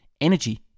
energy